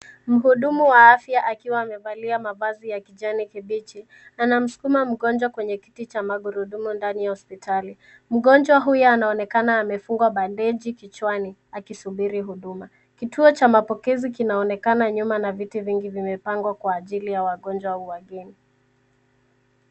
Mhudumu wa afya akiwa amevalia mavazi ya kijani kibichi anamskuma mgonjwa kwenye kiti cha magurudumu ndani ya hospitali. Mgonjwa huyu anaonekana amefungwa bandeji kichwani akisubiri huduma. Kituo cha upokezi kinaonekana nyuma na viti vingi vimepangwa kwa ajili ya wagonjwa au wageni.